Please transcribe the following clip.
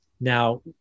Now